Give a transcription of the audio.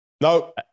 No